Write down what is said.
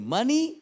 Money